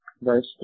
Verse